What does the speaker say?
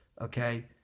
okay